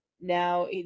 Now